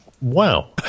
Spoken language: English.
Wow